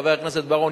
חבר הכנסת בר-און,